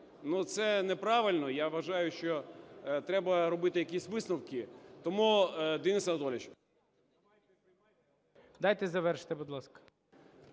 Це неправильно, я вважаю, що треба робити якісь висновки. Тому, Денис Анатолійович… ГОЛОВУЮЧИЙ. Дайте завершити, будь ласка.